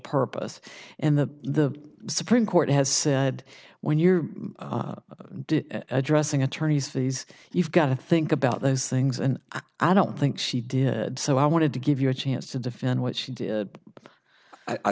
purpose and the the supreme court has said when you're addressing attorneys fees you've got to think about those things and i don't think she did so i wanted to give you a chance to defend what she did i